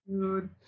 dude